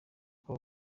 kuko